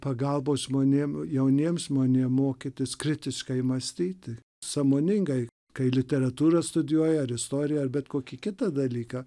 pagalbos žmonėm jauniems žmonėm mokytis kritiškai mąstyti sąmoningai kai literatūrą studijuoja istoriją ar bet kokį kitą dalyką